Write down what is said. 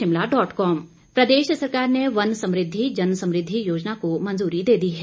मंत्रिमण्डल प्रदेश सरकार ने वन समृद्धि जन समृद्धि योजना को मंजूरी दे दी है